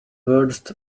words